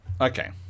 okay